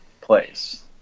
place